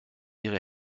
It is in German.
ihre